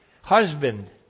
husband